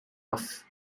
off